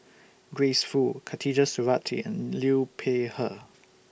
Grace Fu Khatijah Surattee and Liu Peihe